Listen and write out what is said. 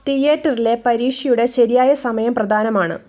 തിയേറ്ററിലെ പരീക്ഷയുടെ ശരിയായ സമയം പ്രധാനമാണ്